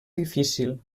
difícil